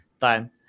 time